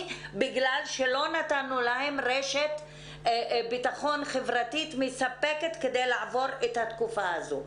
בגלל שלא נתנו להן רשת ביטחון חברתי מספקת כדי לעבור את התקופה הזאת.